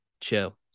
chill